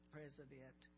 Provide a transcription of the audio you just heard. President